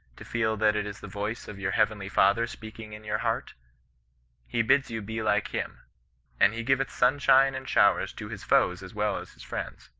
to feel that it is the voice of your heavenly father speaking in your heart he bids you be like him and he giveth sunshine and showers to his foes as well as his friends.